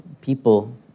people